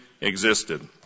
existed